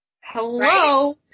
Hello